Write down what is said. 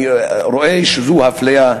באמת אני רואה שוב אפליה,